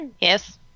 yes